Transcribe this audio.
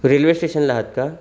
railway स्टेशनला आहात का